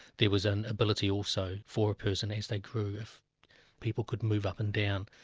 there was an ability also for a person as they prove, people could move up and down.